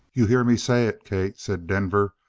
you hear me say it, kate, said denver,